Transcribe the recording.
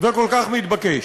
וכל כך מתבקש.